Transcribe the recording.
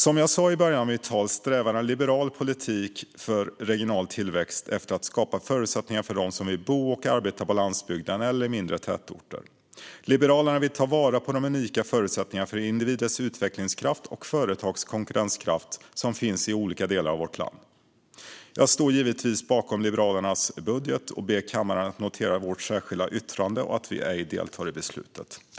Som jag sa i början av mitt tal strävar en liberal politik för regional tillväxt efter att skapa förutsättningar för dem som vill bo och arbeta på landsbygden eller i mindre tätorter. Liberalerna vill ta vara på de unika förutsättningar för individers utvecklingskraft och företags konkurrenskraft som finns i olika delar av vårt land. Jag står givetvis bakom Liberalernas budget och ber kammaren att notera vårt särskilda yttrande och att vi ej deltar i beslutet.